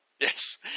Yes